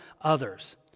others